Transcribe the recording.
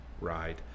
ride